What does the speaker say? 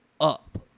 Up